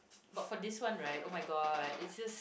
but for this one right oh-my-god it's just